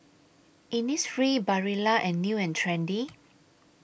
Innisfree Barilla and New and Trendy